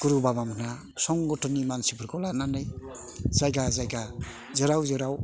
गुरु बाबामोनहा संगतननि मानसिफोरखौ लानानै जायगा जायगा जेराव जेराव